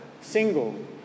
Single